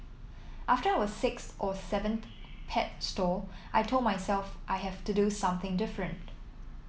after our sixth or seventh pet store I told myself I have to do something different